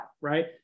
Right